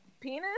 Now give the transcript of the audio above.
penis